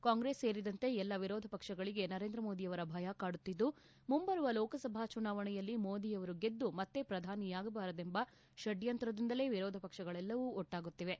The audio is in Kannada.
ಕಾಂಗ್ರೆಸ್ ಸೇರಿದಂತೆ ಎಲ್ಲ ವಿರೋಧ ಪಕ್ಷಗಳಿಗೆ ನರೇಂದ್ರ ಮೋದಿಯವರ ಭಯ ಕಾಡುತ್ತಿದ್ದು ಮುಂಬರುವ ಲೋಕಸಭಾ ಚುನಾವಣೆಯಲ್ಲಿ ಮೋದಿಯವರು ಗೆದ್ದು ಮತ್ತೆ ಪ್ರಧಾನಿಯಾಗಬಾರದೆಂಬ ಪಡ್ಕಂತ್ರದಿಂದಲೇ ವಿರೋಧ ಪಕ್ಷಗಳೆಲ್ಲವೂ ಒಟ್ಟಾಗುತ್ತಿವೆ